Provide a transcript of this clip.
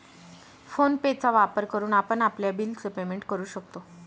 phone पे चा वापर करून आपण आपल्या बिल च पेमेंट करू शकतो